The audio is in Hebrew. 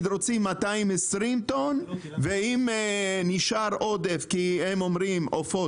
רוצים 220 טון ואם נשאר עודף כי הם אומרים שזה עופות,